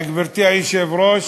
גברתי היושבת-ראש,